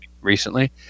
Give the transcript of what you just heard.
recently